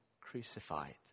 crucified